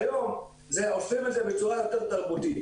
היום עושים את זה בצורה תרבותית.